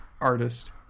artist